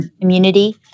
immunity